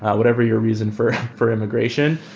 whatever your reason for for immigration,